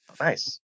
nice